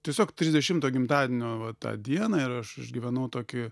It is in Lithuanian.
tiesiog trisdešimto gimtadienio va tą dieną ir aš išgyvenau tokį